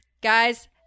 guys